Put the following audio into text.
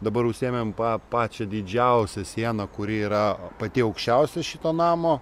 dabar užsiėmėm pa pačią didžiausią sieną kuri yra pati aukščiausia šito namo